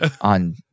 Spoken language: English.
on